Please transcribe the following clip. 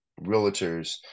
realtors